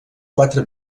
quatre